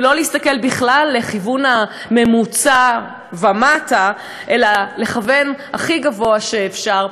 ולא להסתכל בכלל לכיוון הממוצע ומטה אלא לכוון הכי גבוה שאפשר.